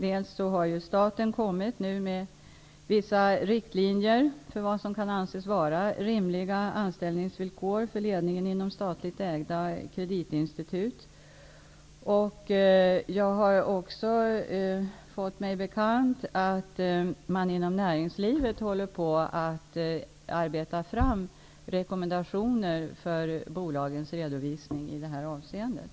Dels har staten nu kommit med vissa riktlinjer för vad som kan anses vara rimliga anställningsvillkor för ledningen inom statligt ägda kreditinstitut, dels har jag fått mig bekant att man inom näringslivet håller på att arbeta fram rekommendationer för bolagens redovisning i det här avseendet.